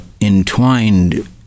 entwined